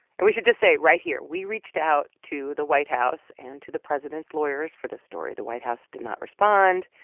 and we should just say right here we reached out to the white house and to the president's lawyers for this story. the white house did not respond,